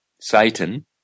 Satan